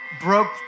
broke